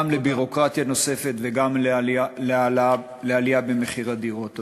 לביורוקרטיה נוספת וגם לעלייה במחירי הדירות.